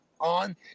on